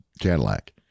Cadillac